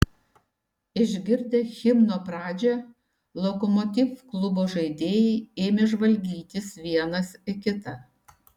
išgirdę himno pradžią lokomotiv klubo žaidėjai ėmė žvalgytis vienas į kitą